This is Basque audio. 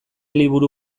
liburu